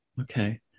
Okay